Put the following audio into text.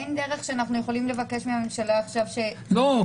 אין דרך שאנחנו יכולים לבקש מהממשלה עכשיו --- לא,